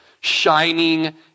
shining